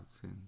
sin